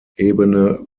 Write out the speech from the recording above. ebene